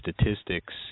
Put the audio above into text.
statistics